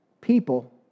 people